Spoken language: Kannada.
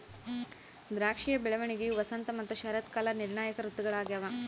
ದ್ರಾಕ್ಷಿಯ ಬೆಳವಣಿಗೆಯು ವಸಂತ ಮತ್ತು ಶರತ್ಕಾಲ ನಿರ್ಣಾಯಕ ಋತುಗಳಾಗ್ಯವ